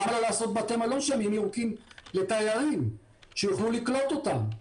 למה לא בתי מלון שהם איים ירוקים לתיירים שיוכלו לקלוט אותם?